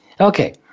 Okay